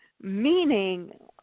Meaning